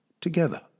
together